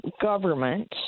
government